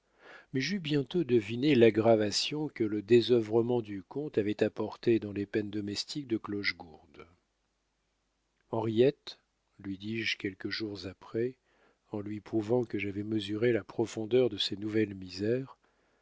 mais j'eus bientôt deviné l'aggravation que le désœuvrement du comte avait apportée dans les peines domestiques de clochegourde henriette lui dis-je quelques jours après en lui prouvant que j'avais mesuré la profondeur de ses nouvelles misères